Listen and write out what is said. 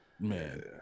man